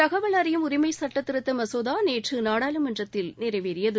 தகவல் அறியும் உரிமை சட்ட திருத்த மசோதா நேற்று நாடாளுமன்றத்தில் நிறைவேறியது